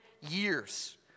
years